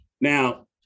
now